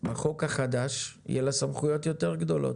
בחוק החדש יהיה לה סמכויות יותר גדולות,